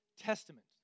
Testament